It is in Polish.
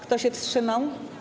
Kto się wstrzymał?